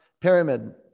Pyramid